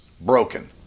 broken